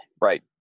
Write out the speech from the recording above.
right